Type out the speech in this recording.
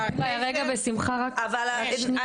יהיה לנו קל לשמוע כשמביאים לפנינו.